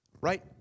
Right